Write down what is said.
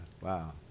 wow